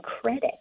credit